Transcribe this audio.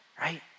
Right